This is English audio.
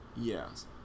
Yes